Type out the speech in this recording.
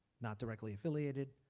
not directly affiliated,